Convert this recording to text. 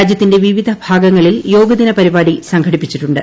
രാജ്യത്തിന്റെ വിവിധ ഭാഗങ്ങളിൽ യോഗദിന പരിപാടി സംഘടിപ്പിച്ചിട്ടുണ്ട്